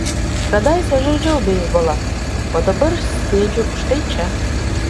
kadaise žaidžiau beisbolą o dabar sėdžiu štai čia